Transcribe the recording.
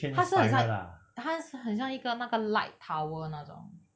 他是 it's like 他是很像一个那个 light tower 那种